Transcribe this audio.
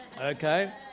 Okay